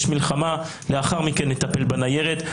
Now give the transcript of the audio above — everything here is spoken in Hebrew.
יש מלחמה, לאחר מכן נטפל בניירת.